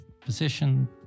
position